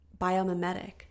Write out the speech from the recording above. biomimetic